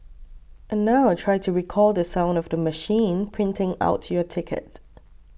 and now try to recall the sound of the machine printing out your ticket